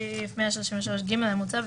11. בסעיף 133ג המוצע,